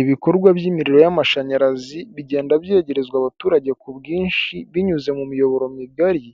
Ibikorwa by'imiriro y'amashanyarazi, bigenda byegerezwa abaturage ku bwinshi, binyuze mu miyoboro migari